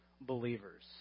believers